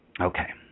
Okay